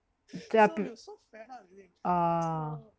there are peop~ ah